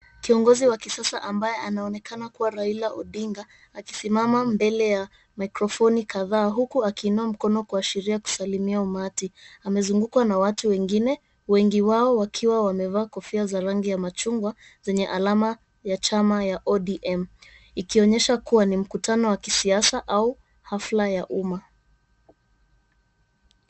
Kiongozi wa kisasa ambaye anaonekana kuwa Raila Odinga, akisimama mbele ya microphone kadhaa, huku akiinua mkono kuashiria kusalimia umati. Amezungukwa na watu wengine, wengi wao wakiwa wamevaa kofia za rangi ya machungwa, zenye alama ya chama ya ODM. Ikionyesha kuwa ni mkutano wa kisiasa au hafla ya umma.